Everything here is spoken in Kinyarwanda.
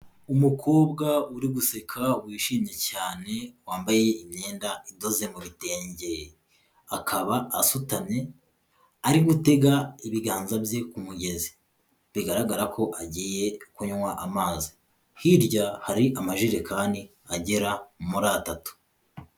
Umukobwa uri guseka wishimye cyane wambaye imyenda idoze mu bitenge, akaba asutamye ari gutega ibiganza bye ku mugezi bigaragara ko agiye kunywa amazi, hirya hari amajerekani agera muri atatu.